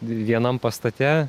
vienam pastate